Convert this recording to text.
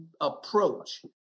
approach